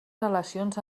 relacions